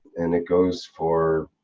and it goes for